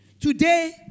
Today